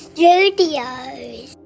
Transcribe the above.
Studios